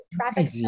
traffic